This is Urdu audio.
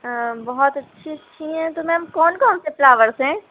بہت اچھی اچھی ہیں تو میم کون کون سے فلاورس ہیں